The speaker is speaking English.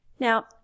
Now